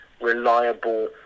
reliable